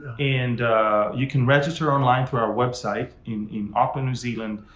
and you can register online through our website in in auckland, new zealand.